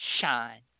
shine